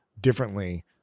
differently